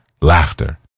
laughter